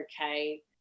okay